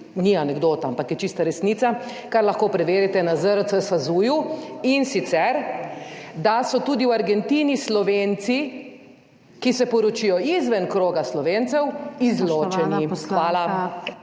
ni anekdota, ampak je čista resnica, kar lahko preverite na ZRC SAZU-ju, in sicer, da so tudi v Argentini Slovenci, ki se poročijo izven kroga Slovencev, izločeni. Hvala.